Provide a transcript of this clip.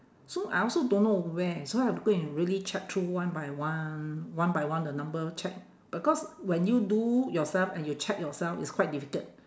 so I also don't know where so I have to go and really check through one by one one by one the number check because when you do yourself and you check yourself it's quite difficult